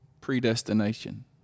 predestination